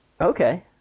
Okay